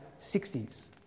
60s